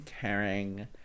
caring